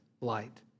light